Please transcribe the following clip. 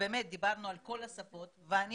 ובאמת דיברנו על כל השפות ואני